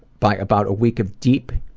by about a week of deep